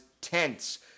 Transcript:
tense